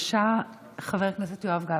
בבקשה, חבר הכנסת יואב גלנט.